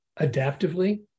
adaptively